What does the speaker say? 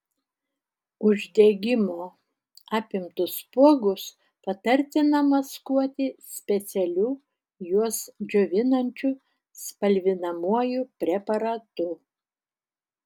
uždegimo apimtus spuogus patartina maskuoti specialiu juos džiovinančiu spalvinamuoju preparatu